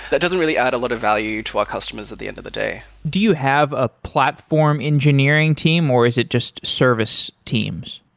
that doesn't really add a lot of value to our customers at the end of the day. do you have ah platform engineering team, or is it just service teams?